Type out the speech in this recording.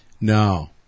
No